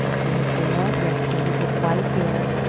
and the thin old rector, with his white hair,